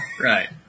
Right